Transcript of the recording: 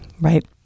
right